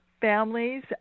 families